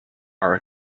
are